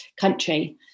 country